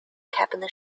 cabinet